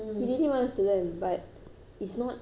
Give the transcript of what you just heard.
it's not easy lah it's really not easy teaching him